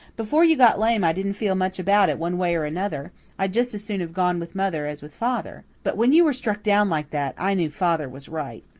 before you got lame i didn't feel much about it one way or another i'd just as soon have gone with mother as with father. but, when you were struck down like that, i knew father was right.